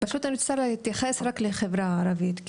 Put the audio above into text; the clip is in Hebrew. אני רוצה להתייחס רק לחברה הערבית.